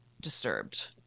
disturbed